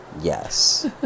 yes